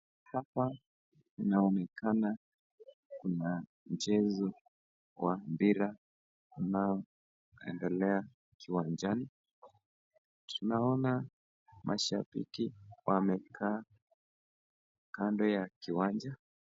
Hapa kunaonekana kuna mchezo wa mpira ambao inaendelea kiwanjani. tunaona mashabiki wamekaa kando ya kiwanja.